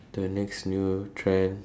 the next new trend